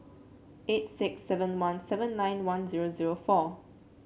eight six seven one seven nine one zero zero four